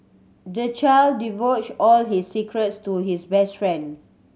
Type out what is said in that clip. the child divulged all his secrets to his best friend